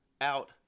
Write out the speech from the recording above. out